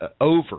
over